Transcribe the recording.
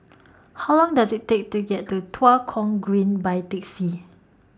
How Long Does IT Take to get to Tua Kong Green By Taxi